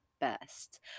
best